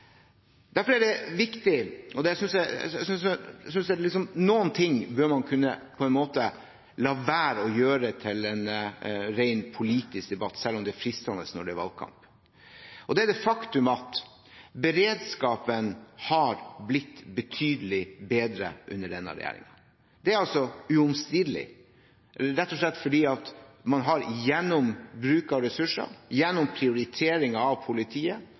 Derfor synes jeg det er viktig at man lar være å gjøre det til en rent politisk debatt, selv om det er fristende når det er valgkamp. Det er et faktum at beredskapen har blitt betydelig bedre under denne regjeringen. Det er ubestridelig, rett og slett gjennom bruk av ressurser, prioritering av politiet,